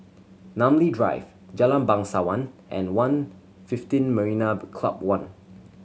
Namly Drive Jalan Bangsawan and One fifteen Marina Club One